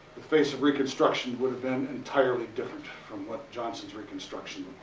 the face of reconstruction would have been entirely different from what johnson's reconstruction